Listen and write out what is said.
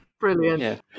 brilliant